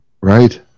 Right